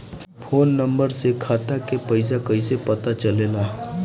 Phone number से खाता के पइसा कईसे पता चलेला?